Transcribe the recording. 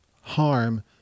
harm